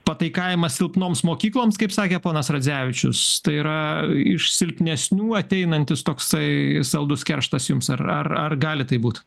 pataikavimas silpnoms mokykloms kaip sakė ponas radzevičius tai yra iš silpnesnių ateinantis toksai saldus kerštas jums ar ar gali taip būt